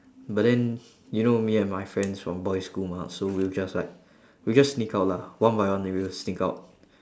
but then you know me and my friends from boys' school mah so we'll just like we'll just sneak out lah one by one we will sneak out